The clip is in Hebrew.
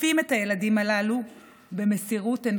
עוטפים את הילדים הללו במסירות אין-קץ.